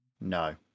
No